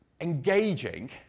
engaging